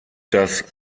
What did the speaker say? das